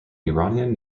iranian